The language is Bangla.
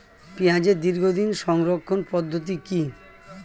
পেঁয়াজের দীর্ঘদিন সংরক্ষণ পদ্ধতি কি?